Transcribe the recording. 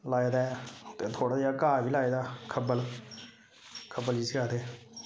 लाए दा ऐ ते थोह्ड़ा जेहा घाह् बी लाए दा खब्बल खब्बल जिसी आखदे